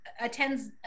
attends